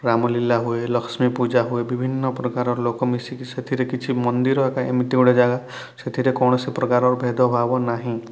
ରାମଲୀଳା ହୁଏ ଲକ୍ଷ୍ମୀ ପୂଜା ହୁଏ ବିଭିନ୍ନ ପ୍ରକାର ଲୋକ ମିଶିକି ସେଥିରେ କିଛି ମନ୍ଦିର ଏକା ଏମିତି ଗୋଟେ ଜାଗା ସେଥିରେ କୌଣସି ପ୍ରକାରର ଭେଦ ଭାବ ନାହିଁ